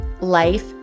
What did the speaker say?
Life